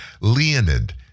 Leonid